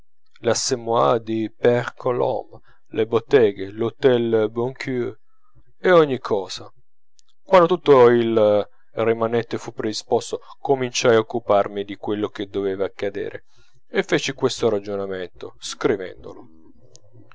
l'assommoir di père colombe le botteghe l'htel boncoeur ogni cosa quando tutto il rimanente fu predisposto cominciai a occuparmi di quello che doveva accadere e feci questo ragionamento scrivendolo